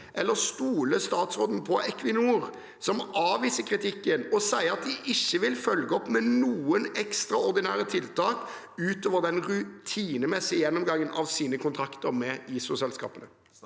eller stoler statsråden på Equinor, som avviser kritikken og ikke vil følge opp med noen ekstraordinære tiltak utover den rutinemessige gjennomgangen av sine kontrakter med ISO-selskapene?»